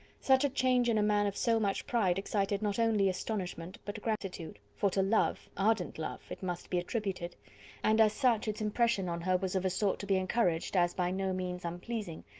such a change in a man of so much pride exciting not only astonishment but gratitude for to love, ardent love, it must be attributed and as such its impression on her was of a sort to be encouraged, as by no means unpleasing,